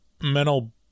mental